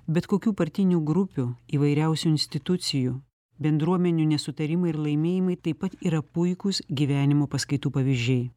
bet kokių partinių grupių įvairiausių institucijų bendruomenių nesutarimai ir laimėjimai taip pat yra puikūs gyvenimo paskaitų pavyzdžiai